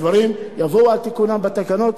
הדברים יבואו על תיקונם בתקנות,